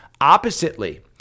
Oppositely